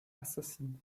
assassiner